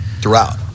throughout